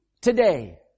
today